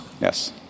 Yes